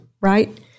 right